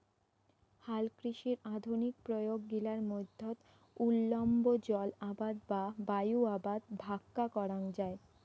হালকৃষির আধুনিক প্রয়োগ গিলার মধ্যত উল্লম্ব জলআবাদ বা বায়ু আবাদ ভাক্কা করাঙ যাই